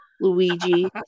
Luigi